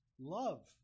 love